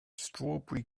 strawberry